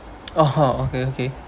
!oho! okay okay